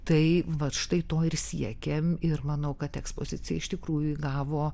tai vat štai tuo ir siekėm ir manau kad ekspozicija iš tikrųjų įgavo